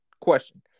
question